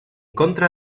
contra